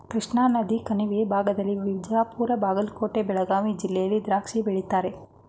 ಕೃಷ್ಣಾನದಿ ಕಣಿವೆ ಭಾಗದಲ್ಲಿ ಬಿಜಾಪುರ ಬಾಗಲಕೋಟೆ ಬೆಳಗಾವಿ ಜಿಲ್ಲೆಯಲ್ಲಿ ದ್ರಾಕ್ಷಿ ಬೆಳೀತಾರೆ